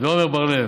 ועמר בר-לב,